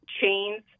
chains